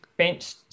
bench